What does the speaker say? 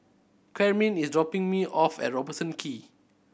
Carmine is dropping me off at Robertson Quay